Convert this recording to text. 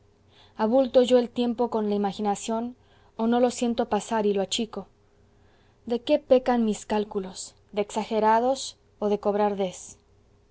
abulto yo el tiempo con la imaginación o no lo siento pasar y lo achico de qué pecan mis cálculos de exagerados o de cobar des